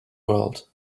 world